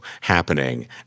happening